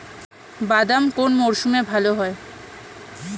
বাদাম কোন মরশুমে ভাল হয়?